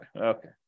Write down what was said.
Okay